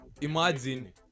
imagine